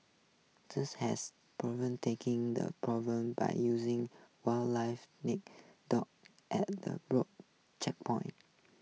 has taking the problem by using wildlife nick dogs at the broad checkpoints